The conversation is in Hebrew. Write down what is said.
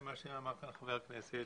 מה שאמר כאן חבר הכנסת,